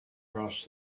crossed